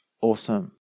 awesome